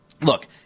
look